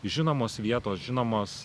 žinomos vietos žinomos